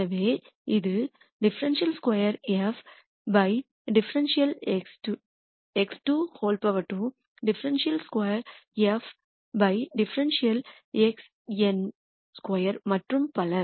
எனவே இது ∂2 f ∂x22 ∂2 f ∂xn2 மற்றும் பல